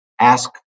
ask